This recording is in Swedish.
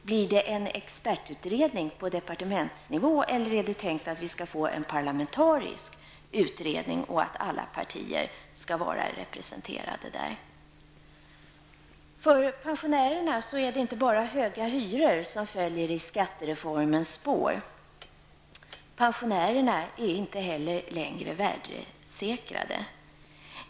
Blir det en expertutredning på departementsnivå eller är det tänkt att de skall bli en parlamentariskt sammansatt utredning med representanter för alla partier? För pensionärerna är det inte bara höga hyror som följer i skattereformens spår. Pensionerna är inte längre värdesäkrade.